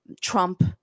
Trump